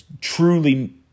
truly